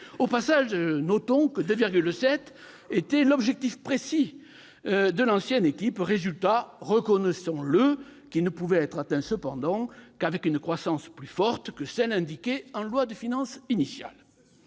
Au passage, notons que 2,7 %, c'était l'objectif précis de l'ancienne équipe, résultat- reconnaissons-le -qui ne pouvait être atteint qu'avec une croissance plus forte que celle projetée en loi de finances initiale.